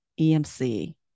EMC